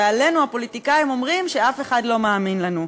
ועלינו הפוליטיקאים אומרים שאף אחד לא מאמין לנו.